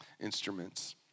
instruments